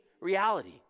reality